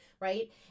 right